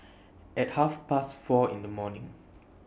At Half Past four in The morning